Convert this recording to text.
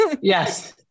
Yes